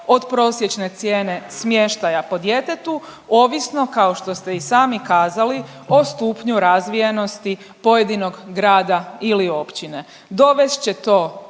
od prosječne cijene smještaja po djetetu, ovisno, kao što ste i sami kazali, o stupnju razvijenosti pojedinog grada ili općine. Dovest će to